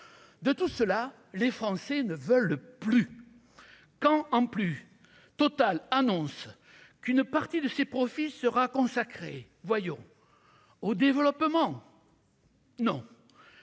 de tout cela, les Français ne veulent plus, quand en plus Total annonce qu'une partie de ces profits sera consacrée voyons au développement. Non